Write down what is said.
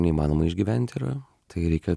neįmanoma išgyvent yra tai reikia